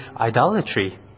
idolatry